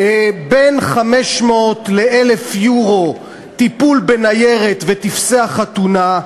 בין 500 ל-1,000 יורו על טיפול בניירת וטופסי החתונה,